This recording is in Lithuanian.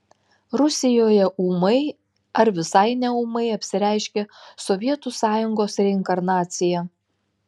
rusijoje ūmai ar visai neūmai apsireiškė sovietų sąjungos reinkarnacija